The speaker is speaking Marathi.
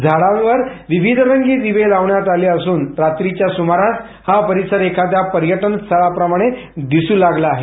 झाडावर विविधरंगी दिवे लावण्यात आले असून रात्रीच्या सुमारास हा परिसर एखाद्या पर्यटनस्थळाप्रमाणे दिसू लागला आहे